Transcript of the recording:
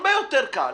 הרבה יותר קל